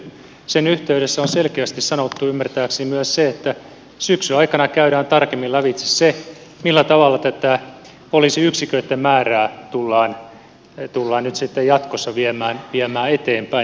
sen yhteydessä on selkeästi sanottu ymmärtääkseni myös se että syksyn aikana käydään tarkemmin lävitse se millä tavalla tätä poliisiyksiköitten määrää tullaan nyt sitten jatkossa viemään eteenpäin